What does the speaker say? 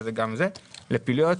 לפעילויות,